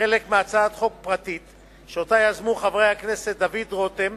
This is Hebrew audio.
חלק מהצעת חוק פרטית שיזמו חברי הכנסת דוד רותם